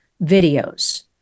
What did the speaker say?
videos